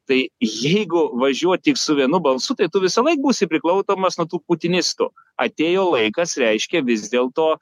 tai jeigu važiuot tik su vienu balsu tai tu visąlaik būsi priklausomas nuo tų putinistų atėjo laikas reiškia vis dėlto